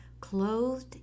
clothed